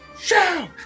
Shout